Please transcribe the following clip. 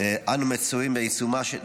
אנו מצויים בעיצומה של,